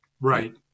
Right